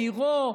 בעירו,